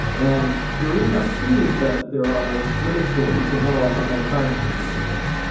and the reason that's true is that there are lim its to what you can analyze ahead of time for these languages.